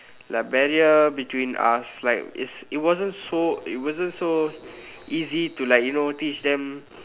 like barrier between us like it wasn't it wasn't so easy to like to you know teach them